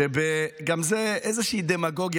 שגם זה איזושהי דמגוגיה.